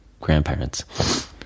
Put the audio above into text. grandparents